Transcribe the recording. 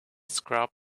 scrub